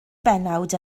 bennawd